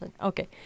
Okay